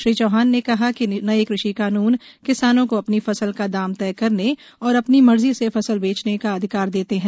श्री चौहान ने कहा कि नये कृषि कानून किसानों को अपनी फसल का दाम तय करने और अपनी मर्जी से फसल बेचने का अधिकार देते हैं